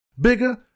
Bigger